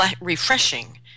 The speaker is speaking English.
refreshing